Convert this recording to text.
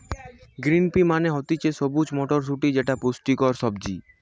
green pea মানে হতিছে সবুজ মটরশুটি যেটা পুষ্টিকর সবজি